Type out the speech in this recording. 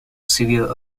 severe